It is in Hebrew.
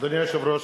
אדוני היושב-ראש,